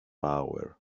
power